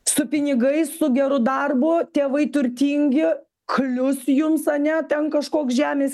su pinigais su geru darbu tėvai turtingi klius jums ane ten kažkoks žemės